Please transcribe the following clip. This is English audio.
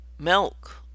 milk